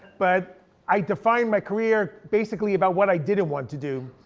but i define my career basically about what i didn't want to do.